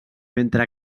mentre